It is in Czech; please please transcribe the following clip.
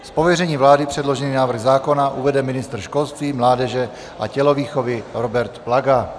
Z pověření vlády předložený návrh zákona uvede ministr školství, mládeže a tělovýchovy Robert Plaga.